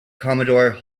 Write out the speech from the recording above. commodore